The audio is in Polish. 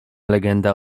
legenda